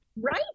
Right